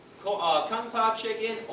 ah kung pao chicken,